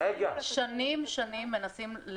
שנים שנים מנסים.